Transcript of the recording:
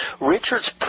Richard's